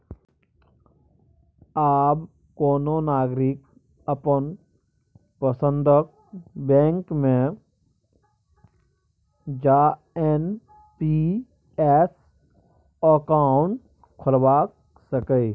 आब कोनो नागरिक अपन पसंदक बैंक मे जा एन.पी.एस अकाउंट खोलबा सकैए